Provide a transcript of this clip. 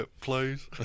Please